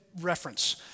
reference